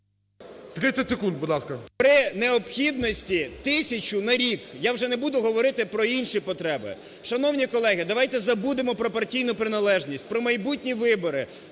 …при необхідності тисячу на рік. Я вже не буду говорити про інші потреби. Шановні колеги! Давайте забудемо про партійну приналежність, про майбутні вибори,